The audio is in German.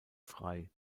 frei